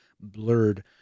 blurred